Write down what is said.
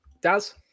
Daz